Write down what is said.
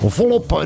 volop